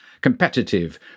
competitive